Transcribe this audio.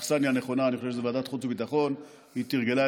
אני חושב שהאכסניה הנכונה היא ועדת החוץ והביטחון.